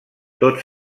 tot